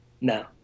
No